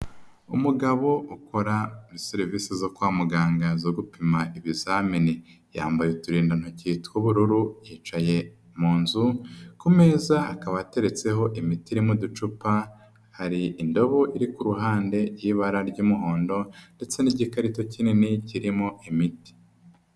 Umugabo ukora muri serivisi zo kwa muganga zo gupima ibizamini yambaye uturindantoki tw'ubururu yicaye mu nzu, ku meza hakaba hateretseho imiti iri mu ducupa, hari indobo iri ku ruhande y'ibara ry'umuhondo ndetse n'igikarito kinini kirimo imiti.